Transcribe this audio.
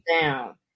down